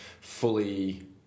fully